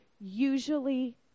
usually